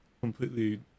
completely